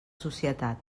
societat